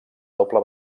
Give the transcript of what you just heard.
doble